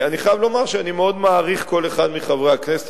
אני חייב לומר שאני מאוד מעריך כל אחד מחברי הכנסת,